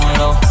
low